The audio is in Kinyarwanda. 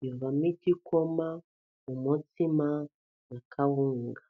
bivamo igikoma, umutsima na kawunga.